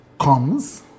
comes